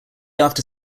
after